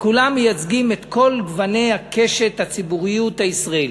כולם מייצגים את כל גוני קשת הציבוריות הישראלית.